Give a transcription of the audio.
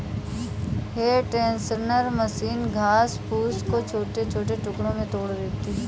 हे tender machine घास फूस को छोटे छोटे टुकड़ों में तोड़ देती है